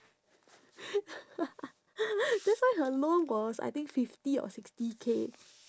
that's why her loan was I think fifty or sixty K